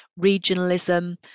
regionalism